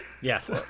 Yes